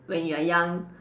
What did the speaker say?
when you are young